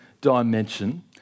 dimension